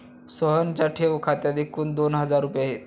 सोहनच्या ठेव खात्यात एकूण दोन हजार रुपये आहेत